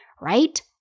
right